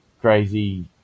crazy